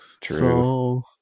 true